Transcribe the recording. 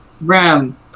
Ram